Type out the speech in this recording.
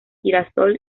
girasol